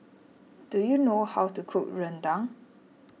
do you know how to cook Rendang